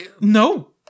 no